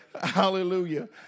Hallelujah